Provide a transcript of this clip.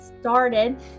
started